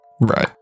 Right